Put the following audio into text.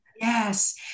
Yes